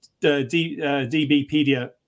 DBpedia